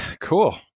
Cool